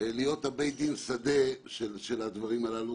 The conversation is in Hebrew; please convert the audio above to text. להיות בית דין שדה של הדברים הללו,